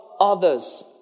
others